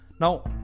Now